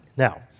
Now